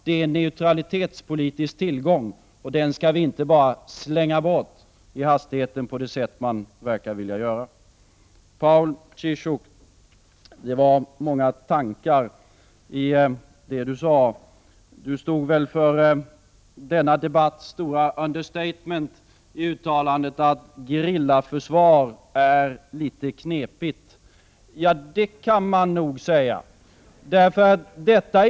Det är en neutralitetspolitisk tillgång, och den skall vi inte bara slänga bort i hastigheten på det sätt som man verkar vilja göra. Det låg många tankar bakom vad Paul Ciszuk sade, och han stod för denna debatts stora understatement i uttalandet att ”gerillaförsvar är litet knepigt”. Ja, det kan man nog säga.